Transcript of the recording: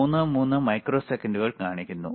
33 മൈക്രോസെക്കൻഡുകൾ കാണിക്കുന്നു